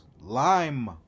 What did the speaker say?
Lime